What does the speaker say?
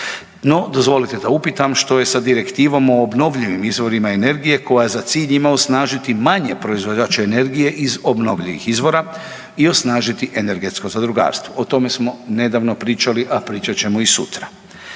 No dozvolite da upitam, što je sa direktivom o obnovljivim izvorima energije koja za cilj ima osnažiti manje proizvođače energije iz obnovljivih izvora i osnažiti energetsko zadrugarstvo? O tome smo nedavno pričali, a pričat ćemo i sutra.